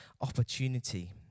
opportunity